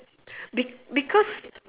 be~ because